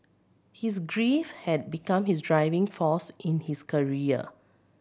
his grief had become his driving force in his career